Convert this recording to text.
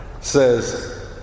says